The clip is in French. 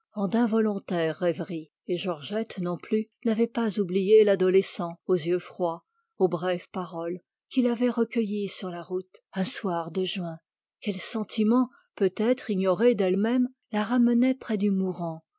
d'involontaires rêveries et georgette non plus n'avait pas oublié l'adolescent aux yeux froids aux brèves paroles qui l'avait recueillie sur la route un soir de juin quel sentiment peut-être ignoré d'ellemême la ramenait près du mourant